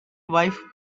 wife